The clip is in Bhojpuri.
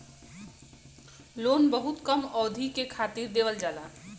लोन बहुत कम अवधि के खातिर देवल जाला